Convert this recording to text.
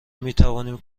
میتوانیم